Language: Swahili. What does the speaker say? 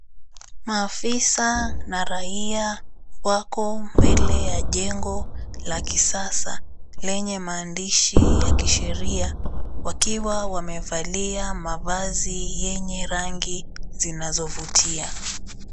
Maafisa na raia wako mbele ya jengo la kisasa, lenye maadishi ya kisheria wakiwa wamevalia mavazi yenye rangi zinazovutia.